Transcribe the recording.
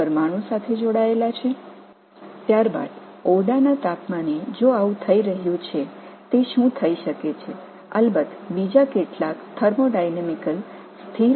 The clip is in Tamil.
பின்னர் அறை வெப்பநிலையில் இது நடந்தால் என்ன நடக்கப் போகிறது என்பது நிச்சயமாக ஒருவித பிற வெப்பஇயக்கவியல் நிலையான தயாரிப்பு உருவாகலாம்